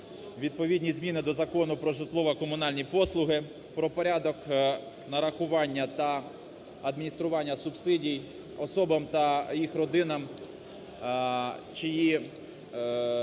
відповідні зміни до Закону про житлово-комунальні послуги, про порядок нарахування та адміністрування субсидій особам та їх родинам, чиї члени